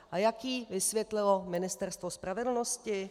A jak jí vysvětlilo Ministerstvo spravedlnosti?